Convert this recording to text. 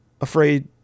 afraid